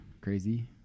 crazy